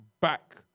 back